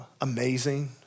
amazing